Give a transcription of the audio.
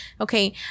Okay